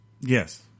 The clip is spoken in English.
Yes